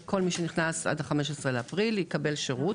כל מי שנכנס עד 15.4 יקבל שירות.